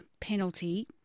penalty